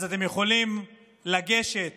אז אתם יכולים לגשת